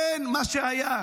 אין מה שהיה.